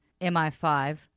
MI5